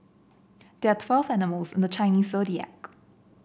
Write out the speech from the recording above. there are twelve animals in the Chinese Zodiac